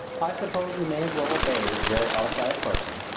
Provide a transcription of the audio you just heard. i suppose we may as well obey this very autocratic person.